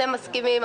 אתם מסכימים,